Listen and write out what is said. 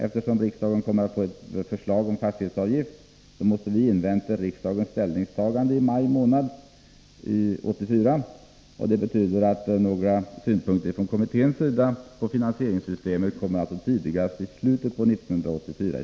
Eftersom riksdagen kommer att få ett förslag om fastighetsavgift måste vi invänta riksdagens ställningstagande i maj 1984, och det betyder att några synpunkter från kommitténs sida på finansieringssystemet kan komma tidigast i slutet av 1984.